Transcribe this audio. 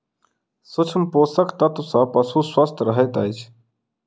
सूक्ष्म पोषक तत्व सॅ पशु स्वस्थ रहैत अछि